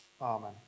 Amen